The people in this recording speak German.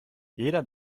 jeder